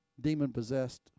demon-possessed